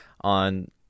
on